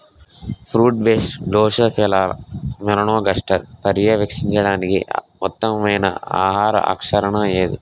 Fruit flies drosophila మెలనోగాస్టర్ని పర్యవేక్షించడానికి ఉత్తమమైన ఆహార ఆకర్షణ ఏది?